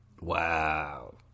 Wow